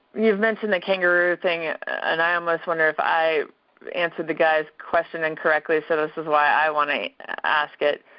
you've mentioned the kangaroo thing and i almost wonder if i answered the guy's question incorrectly, so this is why i wanna ask it.